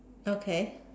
okay